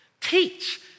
Teach